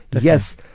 Yes